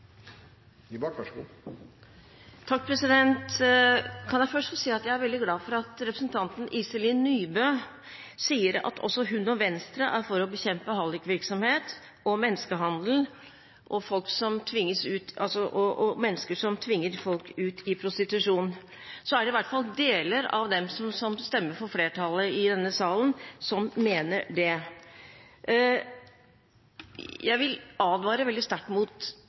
Iselin Nybø sier at også hun og Venstre er for å bekjempe hallikvirksomhet, menneskehandel og mennesker som tvinger folk ut i prostitusjon, så er det i hvert fall deler av dem som stemmer med flertallet i denne salen, som mener det. Jeg vil advare veldig sterkt mot